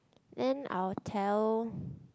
then I'll tell